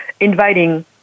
inviting